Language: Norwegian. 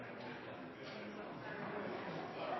et